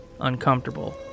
uncomfortable